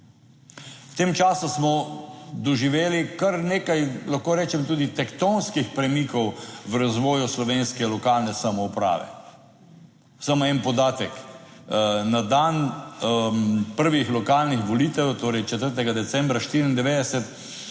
V tem času smo doživeli kar nekaj, lahko rečem tudi tektonskih premikov v razvoju slovenske lokalne samouprave. Samo en podatek: na dan prvih lokalnih volitev, torej 4. decembra 1994,